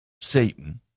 Satan